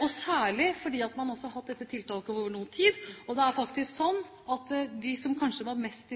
og særlig fordi man også har hatt dette tiltaket over noe tid. Det er faktisk slik at de som kanskje var mest